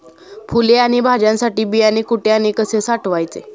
फुले आणि भाज्यांसाठी बियाणे कुठे व कसे साठवायचे?